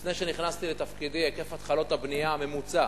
לפני שנכנסתי לתפקידי היקף התחלות הבנייה הממוצע